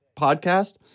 podcast